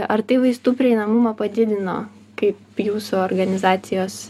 ar tai vaistų prieinamumą padidino kaip jūsų organizacijos